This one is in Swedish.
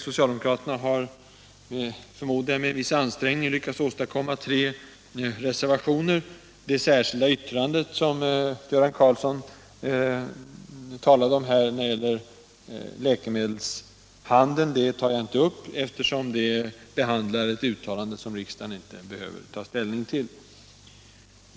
Socialdemokraterna har, jag förmodar med en viss ansträngning, lyckats åstadkomma tre reservationer. Det särskilda yttrande som Göran Karlsson i Huskvarna talade om här och som gäller läkemedelshandeln tar jag inte upp eftersom det behandlar ett uttalande som riksdagen inte behöver ta ställning till.